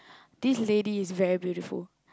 this lady is very beautiful